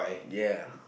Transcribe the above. ya